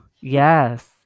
Yes